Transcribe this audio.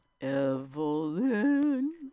Evelyn